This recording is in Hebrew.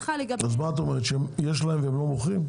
אז מה את אומרת, שיש להם והם לא מוכרים?